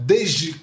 Desde